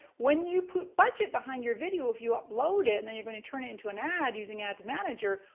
when you put budget behind your video, if you upload it and then you're gonna turn it into an ad using ads manager,